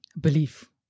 belief